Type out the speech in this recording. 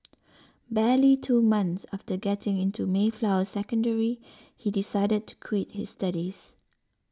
barely two months after getting into Mayflower Secondary he decided to quit his studies